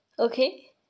okay